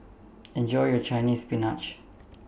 Enjoy your Chinese Spinach